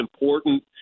important